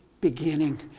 beginning